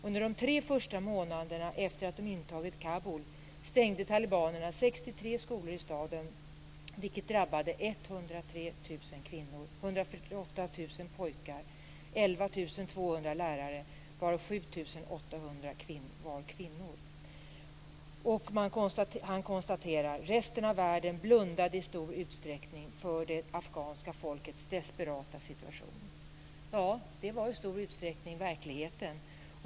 Under de tre första månaderna efter det att talibanerna hade intagit Kabul stängde de 63 skolor i staden, vilket drabbade 103 000 flickor, 148 000 Ahmed Rashid konstaterar: "Resten av världen blundade i stor utsträckning för det afghanska folkets desperata situation." Ja, det var i stor utsträckning verkligheten.